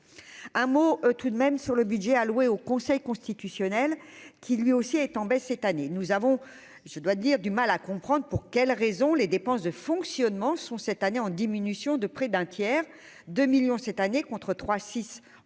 un mot tout de même sur le budget alloué au Conseil constitutionnel qui lui aussi est en baisse cette année, nous avons, je dois dire du mal à comprendre pour quelle raison les dépenses de fonctionnement sont cette année en diminution de près d'un tiers de millions cette année, contre 3 6 en